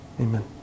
Amen